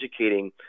educating